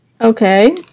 Okay